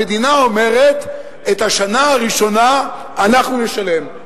המדינה אומרת: את השנה הראשונה אנחנו נשלם.